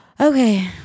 Okay